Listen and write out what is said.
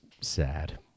sad